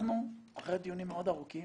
אנחנו אחרי דיונים מאוד ארוכים